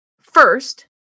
First